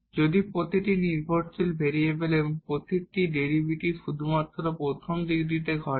যদি প্রতিটি dependent variable এবং প্রতিটি ডেরিভেটিভ শুধুমাত্র প্রথম ডিগ্রিতে ঘটে